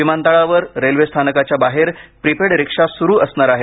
विमानतळावर रेल्वे स्थानाकाच्या बाहेर प्रीपेड रिक्षा सुरू असणार आहेत